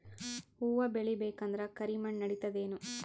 ಹುವ ಬೇಳಿ ಬೇಕಂದ್ರ ಕರಿಮಣ್ ನಡಿತದೇನು?